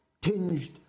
tinged